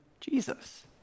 Jesus